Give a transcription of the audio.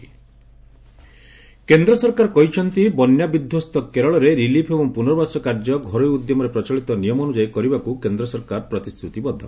ଗମେଣ୍ଟ୍ foreign aid କେନ୍ଦ୍ର ସରକାର କହିଛନ୍ତି ବନ୍ୟା ବିଧ୍ୱସ୍ତ କେରଳରେ ରିଲିଫ୍ ଏବଂ ପୁନର୍ବାସ କାର୍ଯ୍ୟ ଘରୋଇ ଉଦ୍ୟମରେ ପ୍ରଚଳିତ ନିୟମ ଅନୁଯାୟୀ କରିବାକୁ କେନ୍ଦ୍ର ସରକାର ପ୍ରତିଶ୍ରତିବଦ୍ଧ